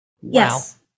Yes